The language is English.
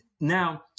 Now